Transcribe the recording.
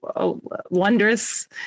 wondrous